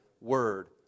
Word